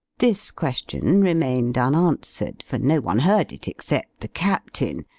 this question remained unanswered for no one heard it except the captain,